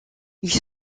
ils